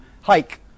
hike